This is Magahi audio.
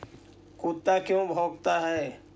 कुत्ता क्यों भौंकता है?